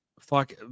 fuck